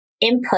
input